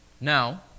Now